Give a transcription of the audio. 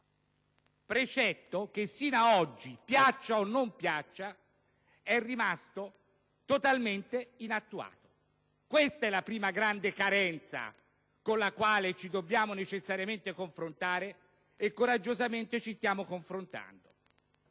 precetto che fino ad oggi, piaccia o no, è rimasto totalmente inattuato. Questa è la prima grande carenza con la quale ci dobbiamo necessariamente confrontare e coraggiosamente ci stiamo confrontando.